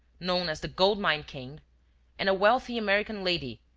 known as the gold-mine king and a wealthy american lady,